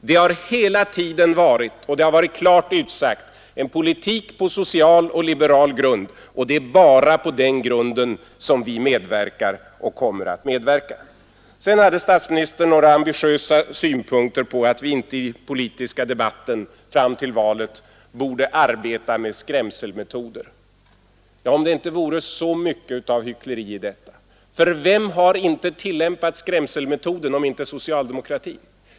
Den har hela tiden varit — det är klart utsagt — en politik på social och liberal grund, och det är bara på den grunden vi medverkar och kommer att medverka Sedan hade statsministern några ambitiösa synpunkter på att vi inte i den politiska debatten fram till valet borde arbeta med skrämselmetoder Om det inte vore så mycket av hyckleri i detta! För vilka har tillämpat skrämselmetoder om inte socialdemokraterna?